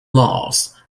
laws